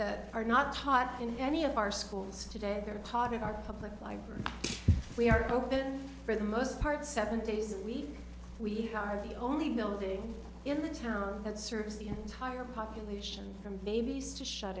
that are not taught in any of our schools today they are taught in our public library we are open for the most part seven days a week we are the only building in the town that serves the entire population from babies to shut